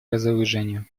разоружению